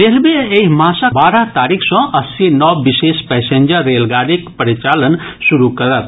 railway एहि मासक बारह तारीख सँ अस्सी नव विशेष पैसेंजर रेलगाड़ीक परिचालन शुरू करत